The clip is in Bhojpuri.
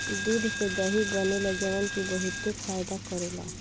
दूध से दही बनेला जवन की बहुते फायदा करेला